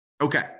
Okay